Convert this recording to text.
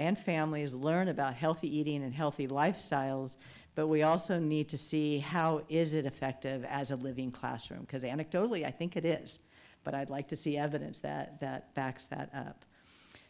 and families learn about healthy eating and healthy lifestyles but we also need to see how is it effective as a living classroom because anecdotally i think it is but i'd like to see evidence that that backs that up